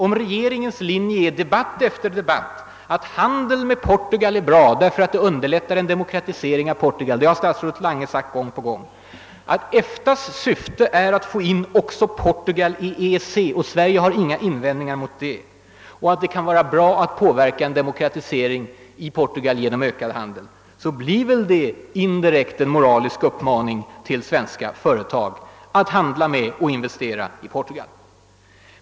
Om regeringens linje i debatt efter debatt är att handel med Portugal är bra därför att det underlättar en demokratisering av Portugal — det har statsrådet Lange sagt gång på gång — när man säger att EFTA:s syfte är att få in också Portugal i EEC och att Sverige inte har några invändningar mot det, blir väl det indirekt en moralisk uppmaning till svenska företag att handla med och investera i Portugal.